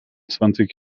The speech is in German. zwanzig